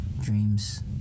dreams